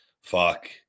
Fuck